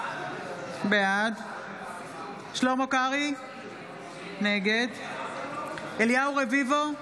בעד שלמה קרעי, נגד אליהו רביבו,